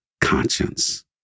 conscience